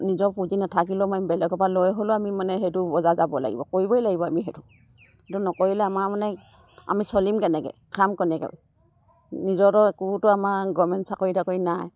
নিজৰ পুঁজি নাথাকিলেও মানে বেলেগৰ পৰা লৈ হ'লেও আমি মানে সেইটো বজাৰলৈ যাব লাগিব কৰিবই লাগিব আমি সেইটো সেইটো নকৰিলে আমাৰ মানে আমি চলিম কেনেকে খাম কেনেকে নিজৰতো একোতো আমাৰ গমেণ্ট চাকৰি তাকৰি নাই